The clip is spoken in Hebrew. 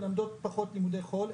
מלמדות פחות לימודי חול,